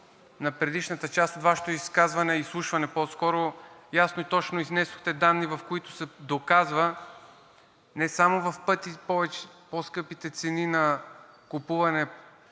на предишната част от Вашето изслушване ясно и точно изнесохте данни, в които се доказва не само в пъти по-скъпите цени на купувания